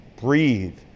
breathe